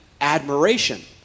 admiration